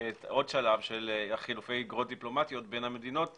עוד שלב של חילופי אגרות דיפלומטיות בין המדינות.